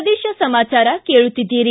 ಪ್ರದೇಶ ಸಮಾಚಾರ ಕೇಳುತ್ತಿದ್ದೀರಿ